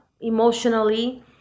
emotionally